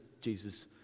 Jesus